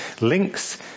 links